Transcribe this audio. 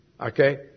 Okay